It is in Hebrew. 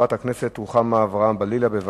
שמספרן 1619, 1626, 1641, 1647, 1650 ו-1661.